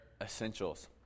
essentials